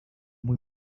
muy